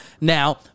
now